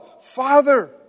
Father